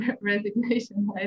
resignation